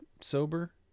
sober